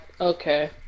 okay